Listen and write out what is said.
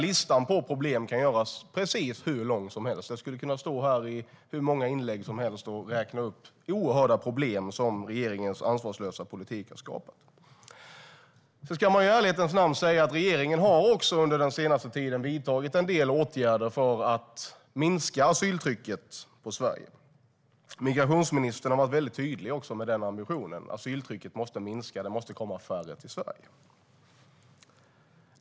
Listan på problem kan göras precis hur lång som helst. Jag skulle kunna stå här i hur många inlägg som helst och räkna upp oerhörda problem som regeringens ansvarslösa politik har skapat. Sedan ska man i ärlighetens namn säga att regeringen under den senaste tiden har vidtagit en del åtgärder för att minska asyltrycket på Sverige. Migrationsministern har varit väldigt tydlig med den ambitionen. Asyltrycket måste minska. Det måste komma färre till Sverige.